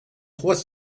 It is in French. trois